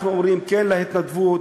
אנחנו אומרים כן להתנדבות.